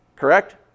correct